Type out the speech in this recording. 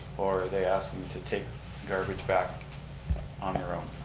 or are they asking to take garbage back on their own?